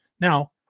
Now